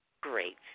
Great